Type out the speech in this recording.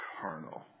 carnal